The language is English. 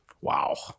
Wow